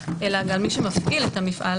אלא גם על מי שמפעיל את המפעל,